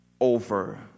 over